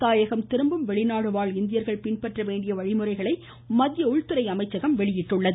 தாயகம் திரும்பும் வெளிநாடுவாழ் இந்தியர்கள் பின்பற்ற வேண்டிய வழிமுறைகளை மத்திய உள்துறை அமைச்சகம் வெளியிட்டுள்ளது